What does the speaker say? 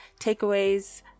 takeaways